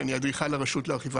שברשות לאכיפה